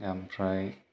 आमफ्राय